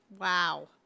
wow